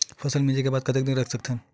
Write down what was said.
फसल मिंजे के बाद कतेक दिन रख सकथन?